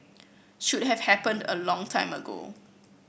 should have happened a long time ago